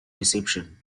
reception